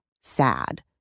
sad